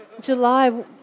July